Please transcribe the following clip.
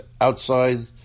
outside